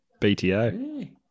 BTO